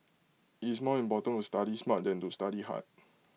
it's more important to study smart than to study hard